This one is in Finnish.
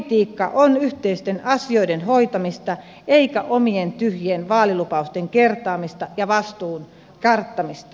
politiikka on yhteisten asioiden hoitamista eikä omien tyhjien vaalilupausten kertaamista ja vastuun karttamista